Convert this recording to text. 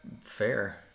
fair